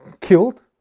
killed